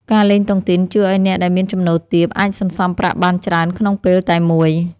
ការលេងតុងទីនជួយឱ្យអ្នកដែលមានចំណូលទាប អាចសន្សំប្រាក់បានច្រើនក្នុងពេលតែមួយ។